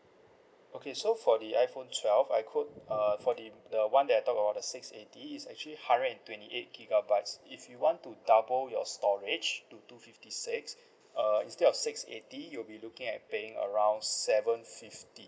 okay so for the iPhone twelve I quote uh for the the [one] that I talk about the six eighty is actually hundred and twenty eight gigabytes if you want to double your storage to two fifty six uh instead of six eighty you'll be looking at paying around seven fifty